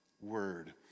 word